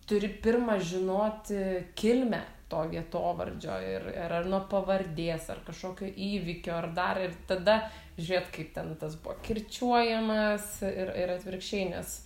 turi pirma žinoti kilmę to vietovardžio ir ir ar nuo pavardės ar kažkokio įvykio ar dar ir tada žiūrėt kaip ten tas buvo kirčiuojamas ir ir atvirkščiai nes